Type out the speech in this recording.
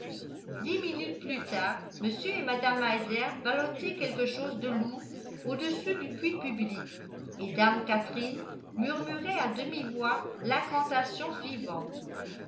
dix minutes plus tard mr et mme meiser ballottaient quelque chose de lourd au-dessus du puits public et dame catherine murmurait à demi-voix l'incantation suivante